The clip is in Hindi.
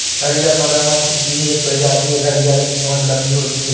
घड़ियाल मगरमच्छ की ही एक प्रजाति है घड़ियाल की चोंच लंबी होती है